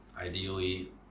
ideally